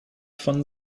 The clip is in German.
von